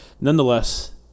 nonetheless